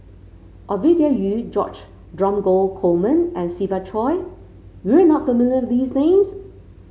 Ovidia Yu George Dromgold Coleman and Siva Choy you are not familiar these names